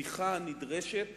תמיכה הנדרשת